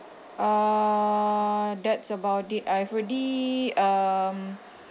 uh that's about it I've already um